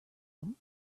him